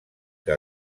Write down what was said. que